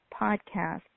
podcast